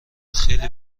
خیلی